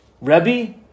Rebbe